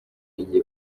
igiye